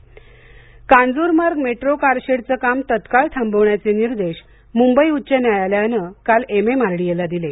metro Kanjurmarg metro कारशेडचं काम तत्काळ थांबवण्याचे निर्देश मुंबई उच्च न्यायालयानं काल एमएमआरडीएला दिले